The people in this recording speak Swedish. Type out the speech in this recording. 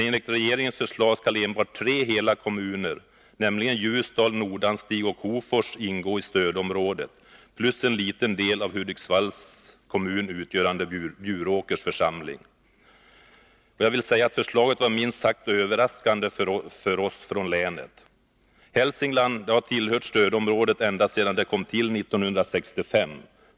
Enligt regeringens förslag skulle enbart tre hela kommuner, nämligen Ljusdal, Nordanstig och Hofors, ingå i stödområdet plus en liten del av Hudiksvall, utgörande Bjuråkers församling. Förslaget var minst sagt överraskande för oss från länet. Hälsingland har tillhört stödområdet ända sedan detta kom till 1965.